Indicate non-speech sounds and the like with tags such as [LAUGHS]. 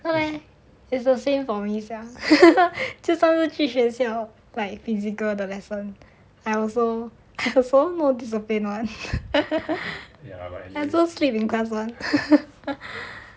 no leh is the same for me sia [LAUGHS] 就算不去学校 like physical 的 lesson I also I also no discipline [one] [LAUGHS] I also sleep in class [one] [LAUGHS]